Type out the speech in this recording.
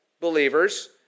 believers